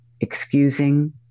excusing